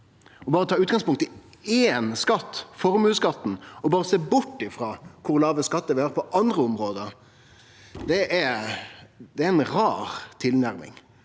Berre å ta utgangspunkt i éin skatt, formuesskatten, og sjå bort frå kor lave skattar vi har på andre område, er ei rar tilnærming.